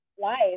life